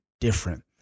different